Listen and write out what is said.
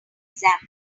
examined